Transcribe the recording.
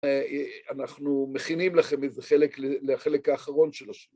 אנחנו מכינים לכם איזה חלק, לחלק האחרון של השבוע.